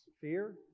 fear